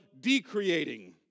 decreating